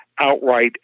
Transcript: outright